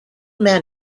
man